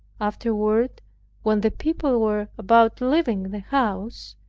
afterward when the people were about leaving the house,